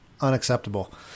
unacceptable